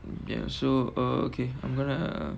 ya so okay I'm gonna